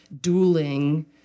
dueling